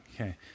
okay